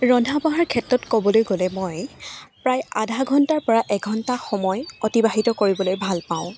ৰন্ধা বঢ়াৰ ক্ষেত্ৰত ক'বলৈ গ'লে মই প্ৰায় আধা ঘণ্টাৰ পৰা এঘণ্টা সময় অতিবাহিত কৰিবলৈ ভাল পাওঁ